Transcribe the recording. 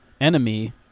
enemy